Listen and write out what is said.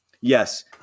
Yes